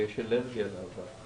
ויש אלרגיה לאבק.